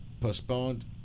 postponed